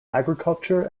agriculture